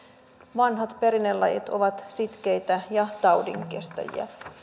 vanhat perinnelajit ovat sitkeitä ja taudinkestäviä